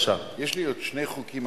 גם כשהן חברות פרטיות,